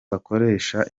bakoresha